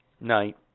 night